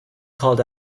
called